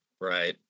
Right